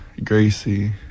Gracie